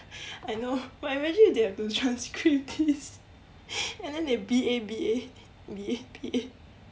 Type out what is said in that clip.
I know but imagine if they have to transcribe this and then they B A B A B A B A